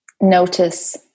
Notice